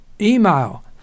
email